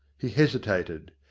he hesitated.